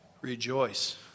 Rejoice